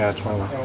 ah try one.